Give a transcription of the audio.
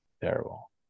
Terrible